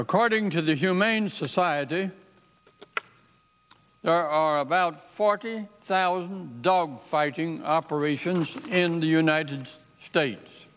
according to the humane society there are about forty thousand dog fighting operations in the united states